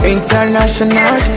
International